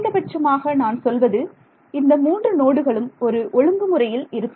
குறைந்தபட்சமாக நான் சொல்வது இந்த மூன்று நோடுகளும் ஒரு ஒழுங்கு முறையில் இருக்கும்